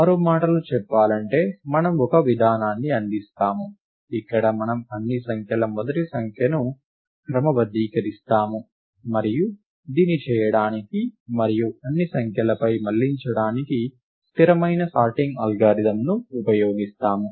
మరో మాటలో చెప్పాలంటే మనము ఒక విధానాన్ని అందిస్తాము ఇక్కడ మనము అన్ని సంఖ్యల మొదటి అంకెను క్రమబద్ధీకరిస్తాము మరియు దీన్ని చేయడానికి మరియు అన్ని అంకెలపై మళ్ళించడానికి స్థిరమైన సార్టింగ్ అల్గారిథమ్ను ఉపయోగిస్తాము